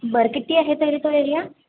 बरं किती आहे तरी तो एरिया